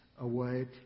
away